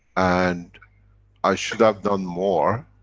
and i should have done more,